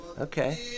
Okay